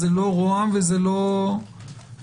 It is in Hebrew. לא רוה"מ ולא משרד